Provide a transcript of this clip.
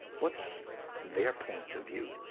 what's their point of view?